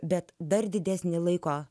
bet dar didesnį laiko